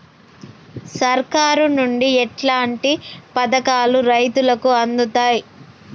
సర్కారు నుండి ఎట్లాంటి పథకాలు రైతులకి అందుతయ్?